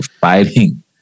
fighting